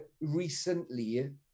recently